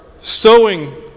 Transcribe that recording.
sowing